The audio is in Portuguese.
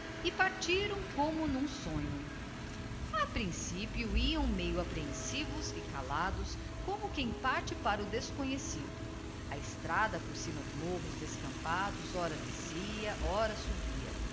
e partiram como n'um sonho a principio iam meio apprehensivos e calados como quem parte para o desconhecido a estrada por cima dos morros descampados ora descia ora subia